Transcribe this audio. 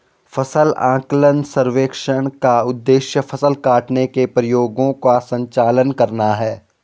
फसल आकलन सर्वेक्षण का उद्देश्य फसल काटने के प्रयोगों का संचालन करना है